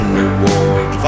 reward